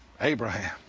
Abraham